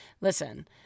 listen